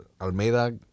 Almeida